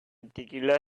peculiar